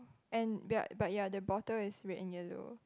and we are but ya the bottle is red and yellow